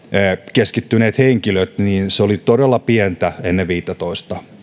keskittyneiden henkilöiden määrä oli todella pieni ennen vuotta viisitoista